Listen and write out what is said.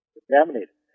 contaminated